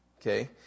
Okay